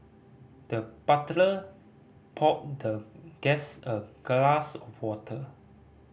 the butler poured the guest a glass of water